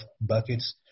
buckets